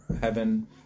heaven